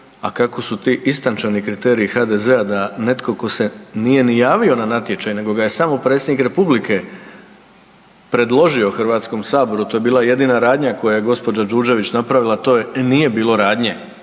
A kako su ti istančani kriteriji HDZ-a da netko tko se nije ni javio na natječaj, nego ga je samo Predsjednik Republike predložio Hrvatskom saboru to je bila jedina radnja koju je gospođa Đurđević napravila a to je nije bilo radnje.